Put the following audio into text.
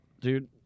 dude